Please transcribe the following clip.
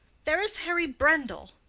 there is harry brendall.